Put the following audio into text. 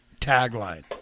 tagline